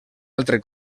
altre